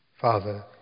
Father